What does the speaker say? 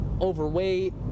overweight